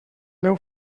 meu